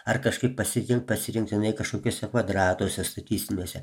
ar kažkaip pasijun pasirinktinai kažkokiuose kvadratuose statistiniuose